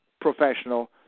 professional